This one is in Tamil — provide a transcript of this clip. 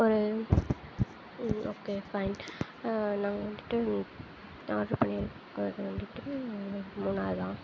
ஒரு ஓகே ஃபைன் நாங்கள் வந்துட்டு ஆர்ட்ரு பண்ணியிருக்கோம் அது வந்துட்டு மூணார் தான்